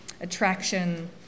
attraction